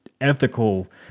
ethical